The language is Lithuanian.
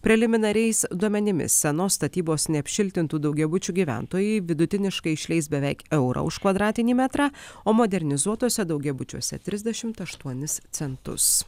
preliminariais duomenimis senos statybos neapšiltintų daugiabučių gyventojai vidutiniškai išleis beveik eurą už kvadratinį metrą o modernizuotuose daugiabučiuose trisdešimt aštuonis centus